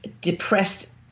depressed